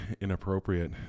inappropriate